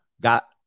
got